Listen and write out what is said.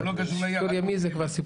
הוא לא קשור לעניין הזה.